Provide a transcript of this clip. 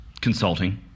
Consulting